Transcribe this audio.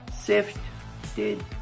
sifted